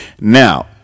Now